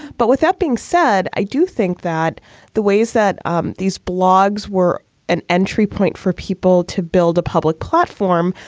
but with that being said, i do think that the ways that um these blogs were an entry point for people to build a public platform.